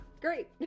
Great